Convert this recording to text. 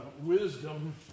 wisdom